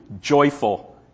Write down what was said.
joyful